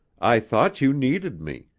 i thought you needed me.